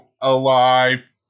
alive